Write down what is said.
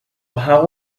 how